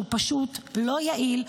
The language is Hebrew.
שהוא פשוט לא יעיל,